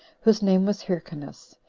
whose name was hyrcanus,